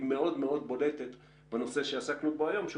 היא מאוד מאוד בולטת בנושא שעסקנו בו היום שהוא